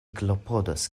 klopodos